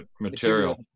material